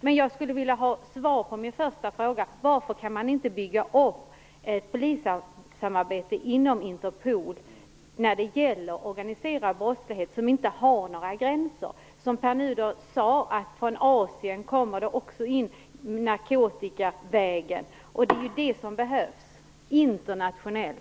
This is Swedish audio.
Jag skulle vilja ha svar på min första fråga: Varför kan man inte bygga upp ett polissamarbete inom Interpol när det gäller organiserad brottslighet som inte har några gränser? Som Pär Nuder sade kommer brottslighet också in narkotikavägen från Asien. Ett sådant samarbete behövs internationellt.